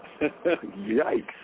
Yikes